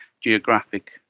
geographic